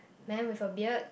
man with a beard